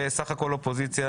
סך הכול אופוזיציה